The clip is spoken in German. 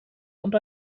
und